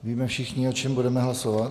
Víme všichni, o čem budeme hlasovat?